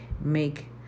Make